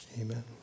Amen